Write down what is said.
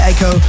Echo